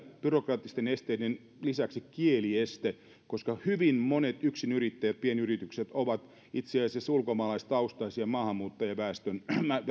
byrokraattisten esteiden lisäksi vielä kielieste koska hyvin monet yksinyrittäjät pienyritykset ovat itse asiassa ulkomaalaistaustaisia ja tämä on maahanmuuttajaväestöön